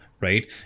right